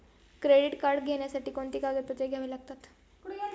Credit card घेण्यासाठी कोणती कागदपत्रे घ्यावी लागतात?